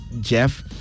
jeff